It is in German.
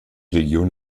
region